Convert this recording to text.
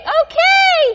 okay